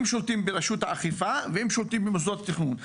הם שולטים ברשות האכיפה והם שולטים במוסדות התכנון.